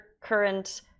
current